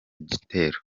gitero